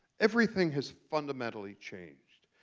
everything has fundamentally changed.